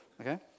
Okay